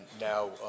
now